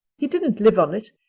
he didn't live on it.